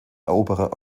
eroberer